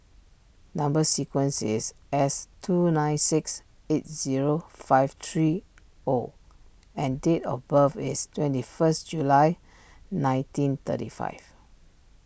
Number Sequence is S two nine six eight zero five three O and date of birth is twenty first July nineteen thirty five